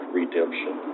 redemption